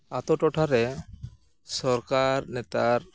ᱟᱹᱛᱩ ᱴᱚᱴᱷᱟᱨᱮ ᱥᱚᱨᱠᱟᱨ ᱱᱮᱛᱟᱨ